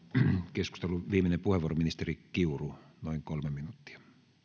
keskustelun viimeinen puheenvuoro ministeri kiuru noin kolme minuuttia